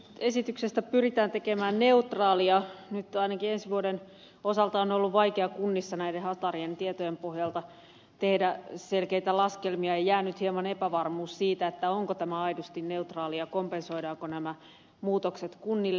esityksestä pyritään tekemään neutraali ja nyt ainakin ensi vuoden osalta on ollut vaikea kunnissa näiden hatarien tietojen pohjalta tehdä selkeitä laskelmia ja on jäänyt hieman epävarmuus siitä onko tämä aidosti neutraali ja kompensoidaanko nämä muutokset kunnille